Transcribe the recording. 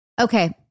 Okay